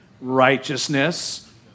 righteousness